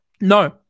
No